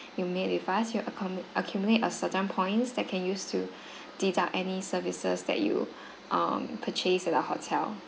you made with us you accumu~ accumulate a certain points that can use to deduct any services that you um purchase at our hotel